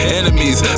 enemies